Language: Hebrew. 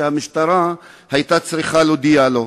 שבה המשטרה היתה צריכה להודיע לו.